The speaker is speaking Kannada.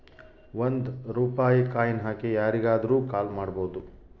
ಒಂದ್ ರೂಪಾಯಿ ಕಾಯಿನ್ ಹಾಕಿ ಯಾರಿಗಾದ್ರೂ ಕಾಲ್ ಮಾಡ್ಬೋದು